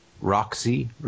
Roxy